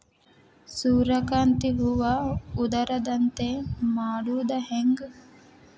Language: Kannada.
ಸೂರ್ಯಕಾಂತಿ ಹೂವ ಉದರದಂತೆ ಮಾಡುದ ಹೆಂಗ್?